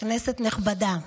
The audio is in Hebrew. כנסת נכבדה,